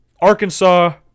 Arkansas